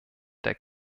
der